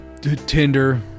Tinder